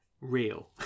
real